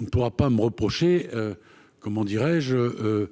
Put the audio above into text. on ne pourra pas me reprocher, comment dirais-je,